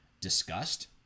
discussed